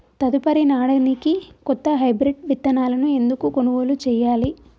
తదుపరి నాడనికి కొత్త హైబ్రిడ్ విత్తనాలను ఎందుకు కొనుగోలు చెయ్యాలి?